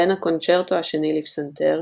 בהן הקונצ׳רטו השני לפסנתר,